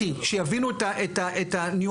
המון המון תודה.